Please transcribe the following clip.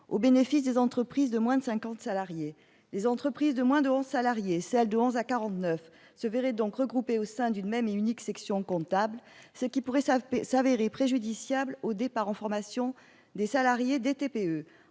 au bénéfice des entreprises de moins de 50 salariés. Les entreprises de moins de 11 salariés et celles de 11 à 49 salariés seraient donc regroupées au sein d'une même et unique section comptable, ce qui pourrait s'avérer préjudiciable au départ en formation des salariés des TPE.